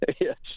yes